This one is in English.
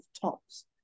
tops